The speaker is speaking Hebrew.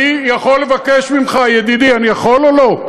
אני יכול לבקש ממך, ידידי, אני יכול או לא?